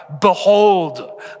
behold